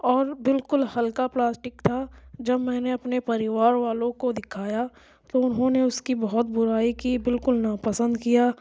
اور بالکل ہلکا پلاسٹک تھا جب میں نے اپنے پریوار والوں کو دکھایا تو انہوں نے اس کی بہت برائی کی بالکل ناپسند کیا